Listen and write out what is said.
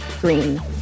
Green